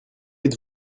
êtes